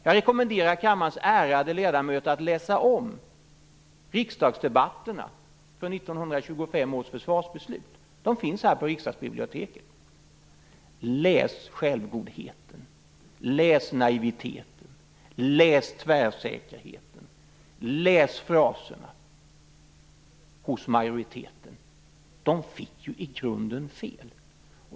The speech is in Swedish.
Jag rekommenderar kammarens ärade ledamöter att läsa om riksdagsdebatterna från 1925 års försvarsbeslut. Det finns här på riksdagsbiblioteket. Läs självgodheten, naiviteten, tvärsäkerheten och fraserna hos majoriteten. De fick ju i grunden fel.